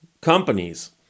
companies